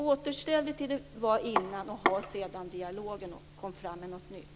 Återställ det till det som gällde innan och ha sedan dialogen och kom fram med något nytt!